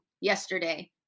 yesterday